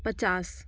पचास